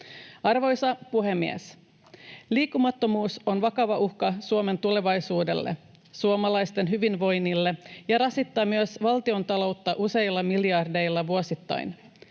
Arvoisa puhemies! Liikkumattomuus on vakava uhka Suomen tulevaisuudelle ja suomalaisten hyvinvoinnille ja rasittaa myös valtiontaloutta useilla miljardeilla vuosittain.